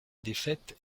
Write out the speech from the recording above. défaite